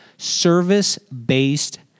Service-based